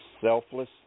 selfless